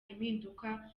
impinduka